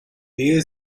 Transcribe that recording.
ehe